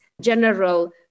general